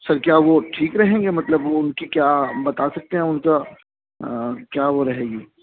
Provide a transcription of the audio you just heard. سر کیا وہ ٹھیک رہیں گے مطلب وہ ان کی کیا بتا سکتے ہیں ان کا کیا وہ رہے گی